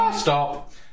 Stop